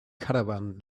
caravan